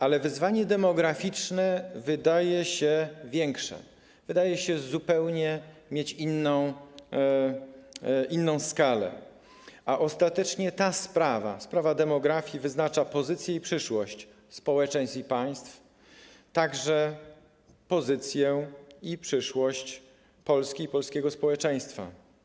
Ale wyzwanie demograficzne wydaje się większe, wydaje się mieć zupełnie inną skalę, a ostatecznie ta sprawa, sprawa demografii, wyznacza pozycję i przyszłość społeczeństw i państw, także pozycję i przyszłość Polski i polskiego społeczeństwa.